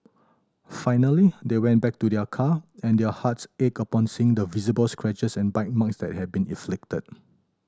finally they went back to their car and their hearts ached upon seeing the visible scratches and bite marks that had been inflicted